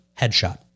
headshot